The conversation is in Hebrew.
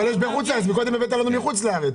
מקודם הבאת דוגמאות מחוץ לארץ.